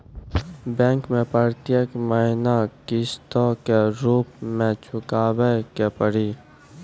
Bank मैं प्रेतियेक महीना किस्तो के रूप मे चुकाबै के पड़ी?